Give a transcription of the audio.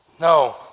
No